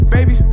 Baby